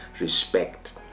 respect